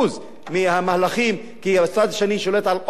כי הצד השני שולט על עוד 50%. והמלחמה